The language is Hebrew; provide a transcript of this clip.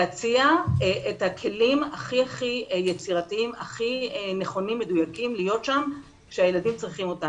להציע את הכלים הכי יצירתיים והכי נכונים ומדויקים שהילדים צריכים.